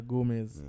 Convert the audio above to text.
Gomez